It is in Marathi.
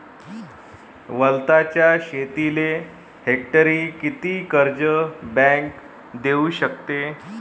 वलताच्या शेतीले हेक्टरी किती कर्ज बँक देऊ शकते?